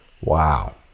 wow